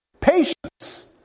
patience